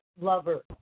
lover